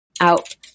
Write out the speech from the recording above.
out